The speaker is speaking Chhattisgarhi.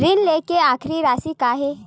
ऋण लेके आखिरी राशि का हे?